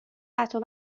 قطع